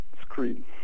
screen